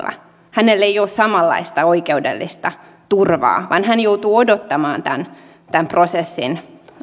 hänellä ei ole samanlaista oikeudellista turvaa vaan hän joutuu odottamaan tämän tämän prosessin